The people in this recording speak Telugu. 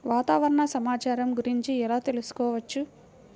వాతావరణ సమాచారం గురించి ఎలా తెలుసుకోవచ్చు?